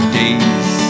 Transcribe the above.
days